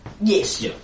Yes